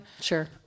Sure